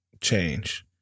change